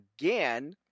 again